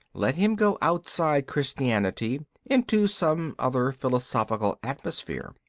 let him go outside christianity into some other philosophical atmosphere.